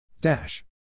Dash